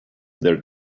their